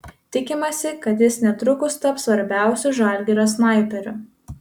tikimasi kad jis netrukus taps svarbiausiu žalgirio snaiperiu